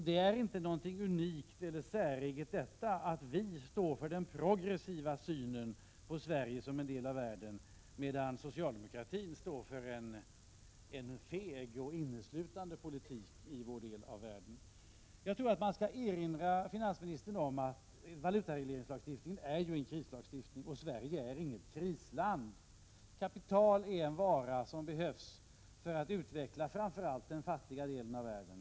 Det är inte något unikt eller säreget att vi står för den progressiva synen på Sverige som en del av världen medan socialdemokraterna står för en feg och inneslutande politik i vår del av världen. Finansministern bör erinras om att valutaregleringslagstiftningen är en krislagstiftning och om att Sverige inte är ett krisland. Kapital är en vara som behövs för att utveckla framför allt den fattiga delen av världen.